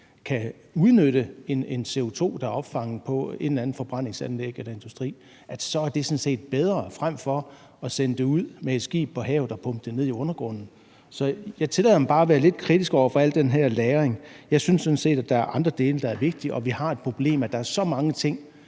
kan udnytte en CO2, der er opfanget på et eller andet forbrændingsanlæg eller i industrien, så er det sådan set bedre frem for at sende det ud med et skib på havet og pumpe det ned i undergrunden. Jeg tillader mig bare at være lidt kritisk over for al den her lagring. Jeg synes sådan set, at der er andre dele, der er vigtigere, og vi har et problem med, at der er så mange ting,